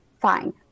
fine